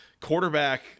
quarterback